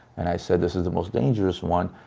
and i said this is the most dangerous one,